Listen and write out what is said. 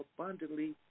abundantly